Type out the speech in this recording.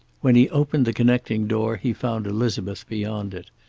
when he opened the connecting door he found elizabeth beyond it,